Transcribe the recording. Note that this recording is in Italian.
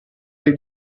dei